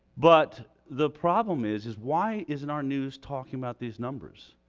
but the problem is is why isn't our news talking about these numbers?